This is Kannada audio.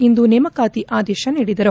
ಇಂದು ನೇಮಕಾತಿ ಆದೇಶ ನೀಡಿದರು